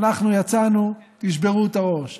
אנחנו יצאנו, תשברו את הראש.